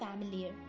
familiar